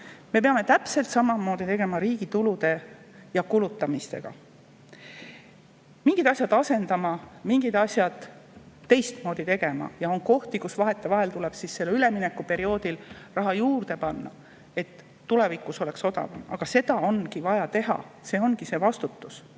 Me peame täpselt samamoodi tegema riigi tulude ja kuludega, mingeid asju asendama, mingeid asju teistmoodi tegema. On kohti, kuhu vahetevahel tuleb sellel üleminekuperioodil raha juurde panna, et tulevikus oleks odavam, aga seda ongi vaja teha, see ongi see vastutus.